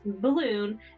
balloon